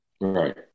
Right